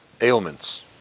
ailments